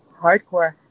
hardcore